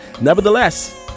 Nevertheless